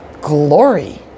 glory